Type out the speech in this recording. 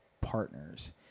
partners